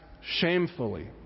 shamefully